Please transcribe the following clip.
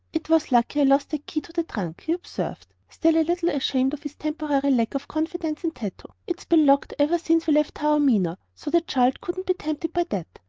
it was lucky i lost that key to the trunk, he observed, still a little ashamed of his temporary lack of confidence in tato. it's been locked ever since we left taormina, so the child couldn't be tempted by that.